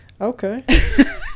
Okay